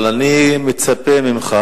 אבל אני מצפה ממך